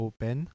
Open